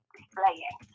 displaying